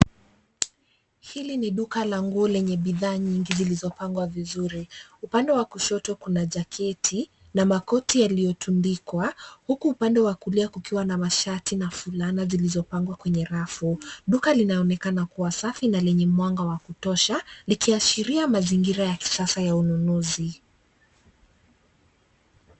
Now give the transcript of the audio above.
Hili ni duka la nguo lenye bidhaa nyingi zilizopangwa vizuri. Upande wa kushoto kuna jaketi na makoti yaliyotundikwa huku upande wa kulia kukiwa na mashati na fulana zilizopangwa kwenye rafu. Duka linaonekana kuwa safi na lenye mwanga wa kutosha likiashiria mazingira ya kisasa ya ununuzi.